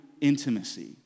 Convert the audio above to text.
intimacy